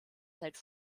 seit